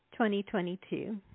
2022